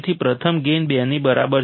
તેથી પ્રથમ ગેઇન 2 ની બરાબર છે